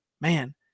man